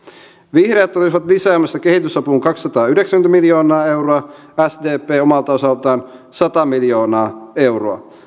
vihreät olisivat lisäämässä kehitysapuun kaksisataayhdeksänkymmentä miljoonaa euroa sdp omalta osaltaan sata miljoonaa euroa